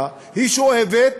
היא שואבת